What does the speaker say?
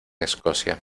escocia